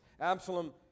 Absalom